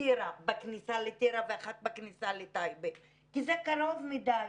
בכניסה לטירה ואחת בכניסה לטייבה כי זה קרוב מדי,